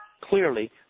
clearly